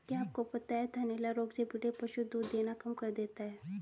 क्या आपको पता है थनैला रोग से पीड़ित पशु दूध देना कम कर देता है?